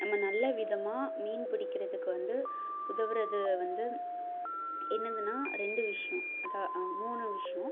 நம்ம நல்ல விதமாக மீன் பிடிக்கிறதுக்கு வந்து உதவுகிறது வந்து என்னதுன்னா ரெண்டு விஷயம் அதான் மூணு விஷயம்